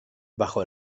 bajo